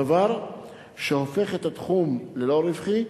דבר שהופך את התחום ללא רווחי.